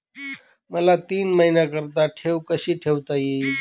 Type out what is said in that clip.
मला तीन महिन्याकरिता ठेव कशी ठेवता येईल?